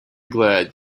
glad